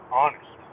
honest